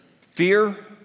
Fear